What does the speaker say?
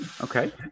okay